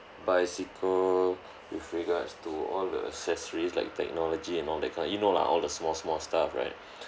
bicycle with regards to all the accessories like technology and all that kind you know lah all the small small stuff right